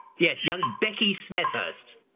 yes young becky smethurst.